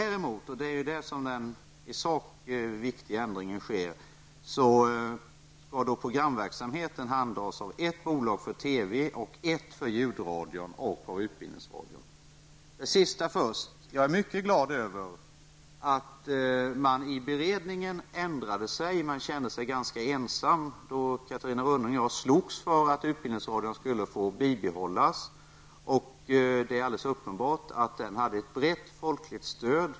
Däremot -- och det är där den i sak viktiga förändringen sker -- skall programverksamheten handhas av ett bolag för TV och ett för Ljudradion samt av Utbildningsradion. Det sista först. Jag är mycket glad över att beredningen ändrade sig. När Catarina Rönnung och jag slogs för att Utbildningsradion skulle finnas kvar kände vi oss ganska ensamma. Det är uppenbart att Utbildningsradion hade ett brett folkligt stöd.